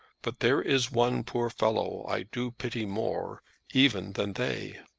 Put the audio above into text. but there is one poor fellow i do pity more even than they.